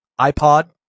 iPod